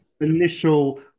initial